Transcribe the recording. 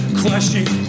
clashing